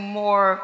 more